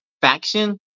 faction